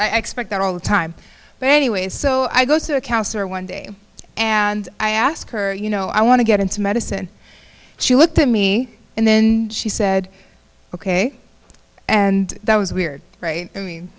i expect that all the time but anyway so i go to a counselor one day and i ask her you know i want to get into medicine she looked at me and then she said ok and that was weird right i mean